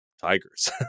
Tigers